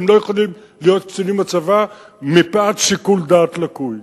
אלא הם לא יכולים להיות קצינים בצבא מפאת שיקול דעת לקוי.